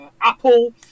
Apple